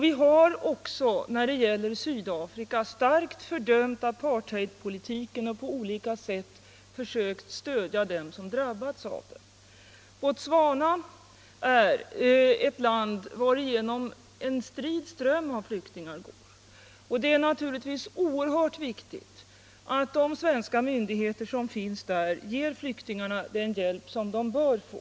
Vi har också beträffande Sydafrika starkt fördömt apartheidpolitiken och på olika sätt försökt stödja dem som drabbats av den. Botswana är ett land, varigenom en strid ström av flyktingar går. Det är naturligtvis oerhört viktigt att de svenska myndigheter som finns där ger flyktingarna den hjälp som de bör få.